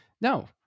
no